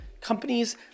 Companies